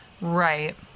Right